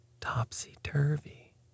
topsy-turvy